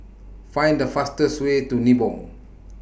Find The fastest Way to Nibong